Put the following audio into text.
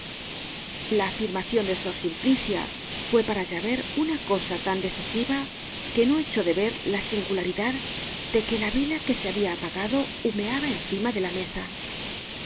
la afirmacion de sor simplicia fue para javert una cosa tan decisiva que no echó de ver la singularidad de que la vela que se habia apagado humeaba encima de la mesa